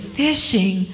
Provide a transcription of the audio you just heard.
fishing